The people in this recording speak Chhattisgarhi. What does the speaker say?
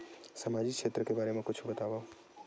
सामाजिक क्षेत्र के बारे मा कुछु बतावव?